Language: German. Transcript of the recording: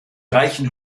reichen